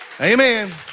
Amen